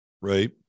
right